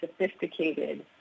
sophisticated